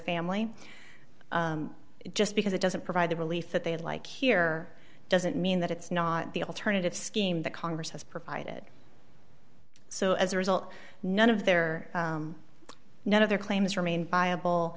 family just because it doesn't provide the relief that they like here doesn't mean that it's not the alternative scheme that congress has provided so as a result none of their none of their claims remain viable